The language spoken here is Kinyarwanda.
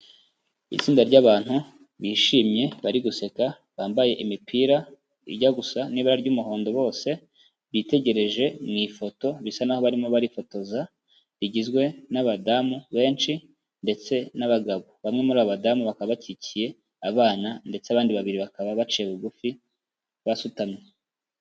Itsinda ry'abantu bishimye bari guseka, bambaye imipira ijya gusa n'ibara ry'umuhondo bose bitegereje mu ifoto, bisa n'aho barimo barifotoza, rigizwe n'abadamu benshi ndetse n'abagabo. Bamwe muri abo badamu bakaba bakikiye abana ndetse abandi babiri bakaba baciye bugufi basutamye.